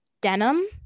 denim